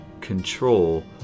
control